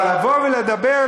אבל לבוא ולדבר,